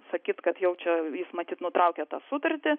sakyt kad jau čia jis matyt nutraukė tą sutartį